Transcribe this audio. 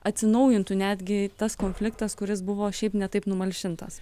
atsinaujintų netgi tas konfliktas kuris buvo šiaip ne taip numalšintas